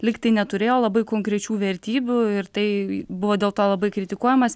lyg tai neturėjo labai konkrečių vertybių ir tai buvo dėl to labai kritikuojamas